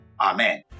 Amen